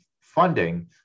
funding